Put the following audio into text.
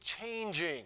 changing